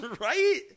right